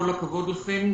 כל הכבוד לכם,